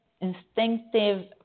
instinctive